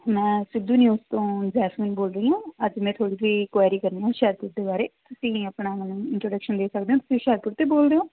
ਮੈਂ ਸਿੱਧੂ ਨਿਊਜ਼ ਤੋਂ ਜੈਸਮੀਨ ਬੋਲ ਰਹੀ ਹਾਂ ਅੱਜ ਮੈਂ ਥੋੜ੍ਹੀ ਜਿਹੀ ਕੁਐਰੀ ਕਰਨੀ ਹੈ ਹੁਸ਼ਿਆਰਪੁਰ ਦੇ ਬਾਰੇ ਤੁਸੀਂ ਆਪਣਾ ਇੰਟਰੋਡਕਸ਼ਨ ਦੇ ਸਕਦੇ ਹੋ ਤੁਸੀਂ ਹੁਸ਼ਿਆਰਪੁਰ ਤੋਂ ਹੀ ਬੋਲਦੇ ਹੋ